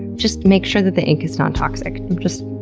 just make sure that the ink is non-toxic. just,